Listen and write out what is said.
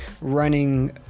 running